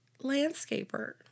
landscaper